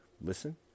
listen